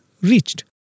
reached